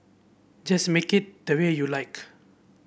just make it the way you like